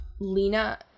Lena